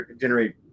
generate